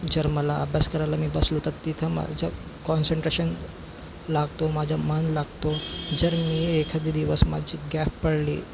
जर मला अभ्यास करायला मी बसलो तर तिथं माझं कॉन्सन्ट्रेशन लागतो माझा मन लागतो जर मी एखादी दिवस माझी गॅफ पडली